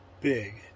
big